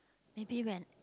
maybe when